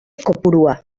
kopurua